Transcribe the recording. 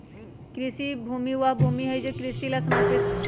कृषि भूमि वह भूमि हई जो कृषि ला समर्पित हई